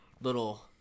little